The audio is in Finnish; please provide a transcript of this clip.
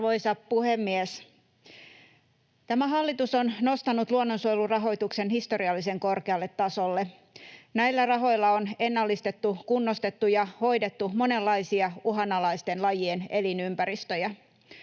Arvoisa puhemies! Tämä hallitus on nostanut luonnonsuojelurahoituksen historiallisen korkealle tasolle. Näillä rahoilla on ennallistettu, kunnostettu ja hoidettu monenlaisia uhanalaisten lajien elinympäristöjä.